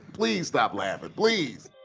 please stop laughing. please